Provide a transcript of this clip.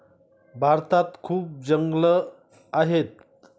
भारतात खूप जंगलं आहेत